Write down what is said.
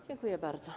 Dziękuję bardzo.